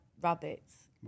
rabbits